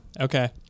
Okay